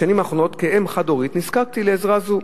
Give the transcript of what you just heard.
בשנים האחרונות, כאם חד-הורית, נזקקתי לעזרה זו.